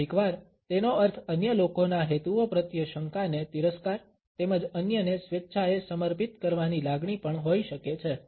કેટલીકવાર તેનો અર્થ અન્ય લોકોના હેતુઓ પ્રત્યે શંકાને તિરસ્કાર તેમજ અન્યને સ્વેચ્છાએ સમર્પિત કરવાની લાગણી પણ હોઈ શકે છે